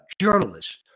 journalists